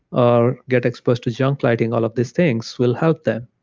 ah get exposed to junk lighting all of these things will help them.